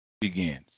begins